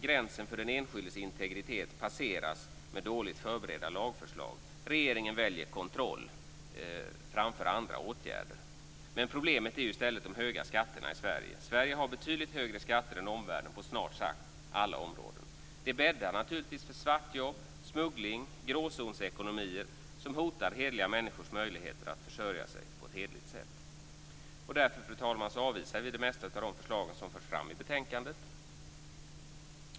Gränsen för den enskildes integritet passeras med dåligt förberedda lagförslag. Regeringen väljer kontroll framför andra åtgärder men problemet är ju de höga skatterna i Sverige har betydligt högre skatter än omvärlden på snart sagt alla områden. Det bäddar naturligtvis för svartjobb, smuggling och gråzonsekonomier som hotar hederliga människors möjligheter att försörja sig på ett hederligt sätt. Därför, fru talman, avvisar vi de flesta av de förslag som förs fram i betänkandet.